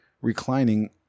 reclining